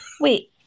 Wait